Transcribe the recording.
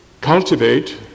cultivate